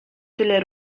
tyle